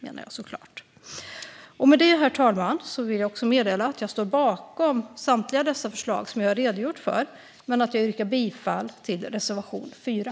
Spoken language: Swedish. Herr talman! Jag står bakom samtliga de förslag som jag har redogjort för, men jag yrkar bifall endast till reservation 4.